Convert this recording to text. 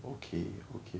okay okay